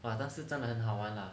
!wah! 但是真的很好玩啦